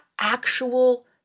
actual